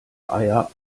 eier